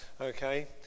okay